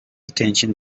attention